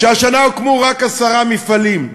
שהשנה הוקמו רק עשרה מפעלים,